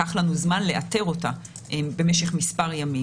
לקח לנו זמן לאתר אותה במשך כמה ימים.